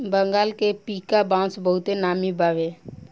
बंगाल के पीका बांस बहुते नामी बावे